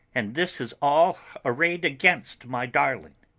and this is all arrayed against my darling!